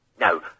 No